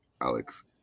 Alex